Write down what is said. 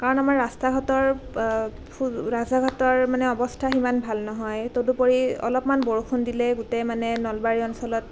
কাৰণ আমাৰ ৰাস্তা ঘাটৰ ৰাস্তা ঘাটৰ মানে অৱস্থা সিমান ভাল নহয় তদুপৰি অলপমান বৰষুণ দিলে গোটেই মানে নলবাৰী অঞ্চলত